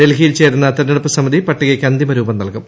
ഡൽഹിയിൽ ചേരുന്ന തെരഞ്ഞെടുപ്പ് സമിതി പട്ടികയ്ക്ക് അന്തിമ രൂപം നൽകും